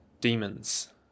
demons